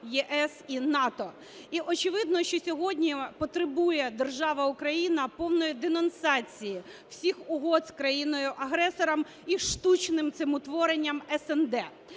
ЄС і НАТО. І, очевидно, що сьогодні потребує держава Україна повної денонсації всіх угод з країною-агресором і штучним цим утворення СНД.